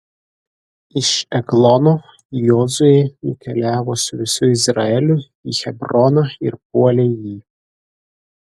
iš eglono jozuė nukeliavo su visu izraeliu į hebroną ir puolė jį